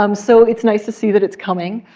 um so it's nice to see that it's coming.